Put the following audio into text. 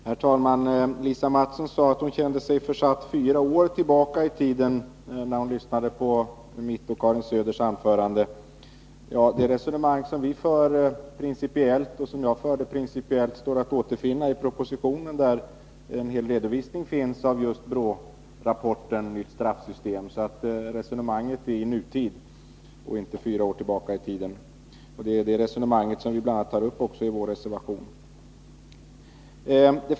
Herr talman! Lisa Mattson sade att hon kände sig försatt fyra år tillbaka i tiden, när hon lyssnade till mina och Karin Söders anföranden. Det resonemang som vi förde principiellt står att återfinna i propositionen, där en redovisning finns av just BRÅ-rapporten, Nytt straffsystem, så vårt resonemang gäller nutiden och inte förhållandena fyra år tillbaka i tiden. Det resonemanget tar vi också upp i vår reservation.